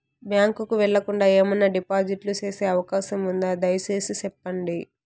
Bank కు వెళ్లకుండా, ఏమన్నా డిపాజిట్లు సేసే అవకాశం ఉందా, దయసేసి సెప్పండి?